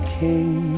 king